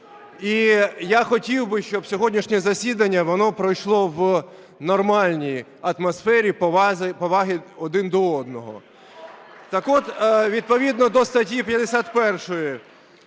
І я хотів би, щоб сьогоднішнє засідання, воно пройшло в нормальній атмосфері поваги один до одного. Так от відповідно до статті 51